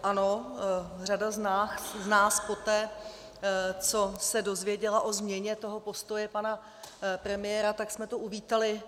Ano, řada z nás poté, co se dozvěděla o změně toho postoje pana premiéra, tak jsme to uvítali.